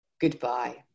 goodbye